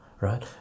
right